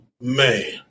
man